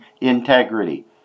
integrity